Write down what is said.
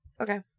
Okay